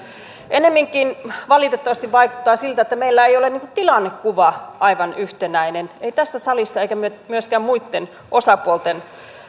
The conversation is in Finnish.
ennemminkin valitettavasti vaikuttaa siltä että meillä ei ole tilannekuva aivan yhtenäinen ei tässä salissa eikä myöskään muitten osapuolten